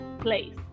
place